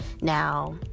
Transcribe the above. now